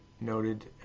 noted